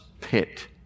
pit